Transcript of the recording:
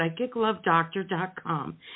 psychiclovedoctor.com